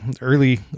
early